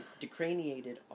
decraniated